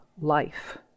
life